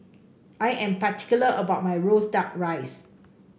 I am particular about my roasted duck rice